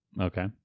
Okay